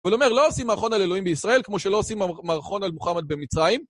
הוא אומר, לא עושים מערכון על אלוהים בישראל כמו שלא עושים מערכון על מוחמד במצרים.